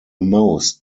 most